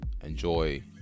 enjoy